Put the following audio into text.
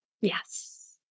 Yes